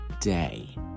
day